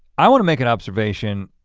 i wanna make an observation